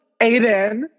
Aiden